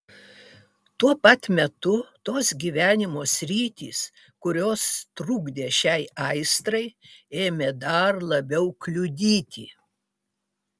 tuo pat metu tos gyvenimo sritys kurios trukdė šiai aistrai ėmė dar labiau kliudyti